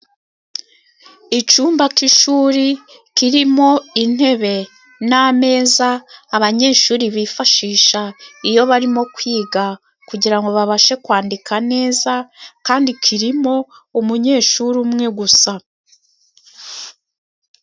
Icumba k'ishuri kirimo intebe n' ameza, abanyeshuri bifashisha iyo barimo kwiga, kugira ngo babashe kwandika neza, kandi kirimo umunyeshuri umwe gusa.